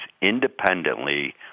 independently